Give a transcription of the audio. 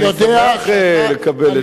אני שמח לקבל עצות.